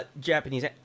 Japanese